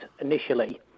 initially